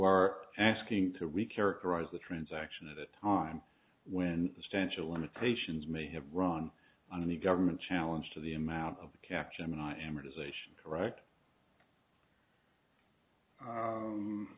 are asking to re characterize the transaction at a time when the stench of limitations may have run on the government challenge to the amount of the cap gemini amortization correct